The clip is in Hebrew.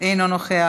אינו נוכח,